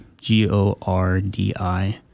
G-O-R-D-I